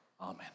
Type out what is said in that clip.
Amen